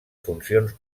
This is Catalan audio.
funcions